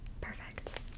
Perfect